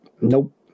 Nope